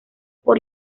por